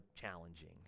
challenging